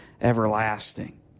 everlasting